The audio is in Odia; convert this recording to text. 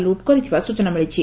ଲୁଟ୍ କରିଥିବା ସ୍ଚନା ମିଳିଛି